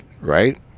Right